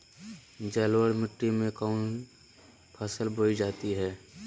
जलोढ़ मिट्टी में कौन फसल बोई जाती हैं?